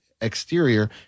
exterior